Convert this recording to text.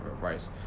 rice